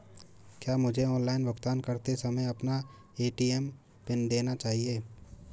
क्या मुझे ऑनलाइन भुगतान करते समय अपना ए.टी.एम पिन देना चाहिए?